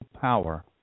power